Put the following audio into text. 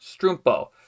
strumpo